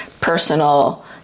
personal